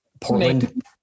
Portland